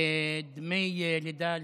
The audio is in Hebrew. דמי לידה לעצמאיות.